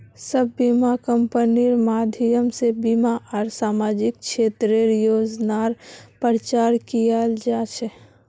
सब बीमा कम्पनिर माध्यम से बीमा आर सामाजिक क्षेत्रेर योजनार प्रचार कियाल जा छे